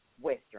Western